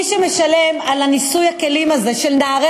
מי שמשלמות על ניסוי הכלים הזה של נערי